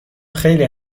خیلی